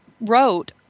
wrote